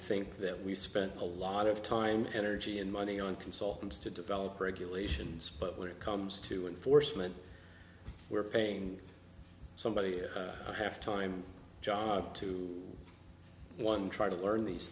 think that we spent a lot of time energy and money on consultants to develop regulations but when it comes to enforcement we're paying somebody or i have time job to one try to learn these